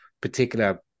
particular